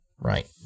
Right